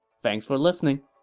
thanks for listening!